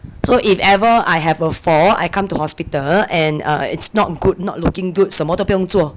so if ever I have a fall I come to hospital and err it's not good not looking good 什么都不用做